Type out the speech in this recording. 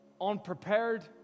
unprepared